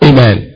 Amen